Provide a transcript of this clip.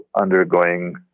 undergoing